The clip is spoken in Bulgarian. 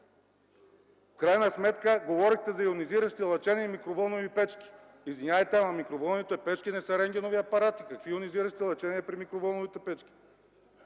В крайна сметка говорите за йонизиращи лъчения и микровълнови печки. Извинявайте, но микровълновите печки не са рентгенови апарати. Какви йонизиращи лъчения при микровълновите печки?